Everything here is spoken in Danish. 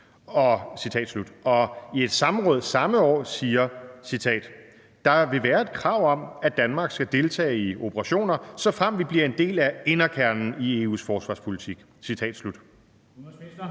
og i et samråd samme år sagde: »Der vil være et krav om, at Danmark skal deltage i operationer, såfremt vi bliver en del af inderkernen i EU’s forsvarspolitik«?